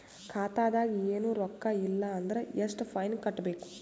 ಖಾತಾದಾಗ ಏನು ರೊಕ್ಕ ಇಲ್ಲ ಅಂದರ ಎಷ್ಟ ಫೈನ್ ಕಟ್ಟಬೇಕು?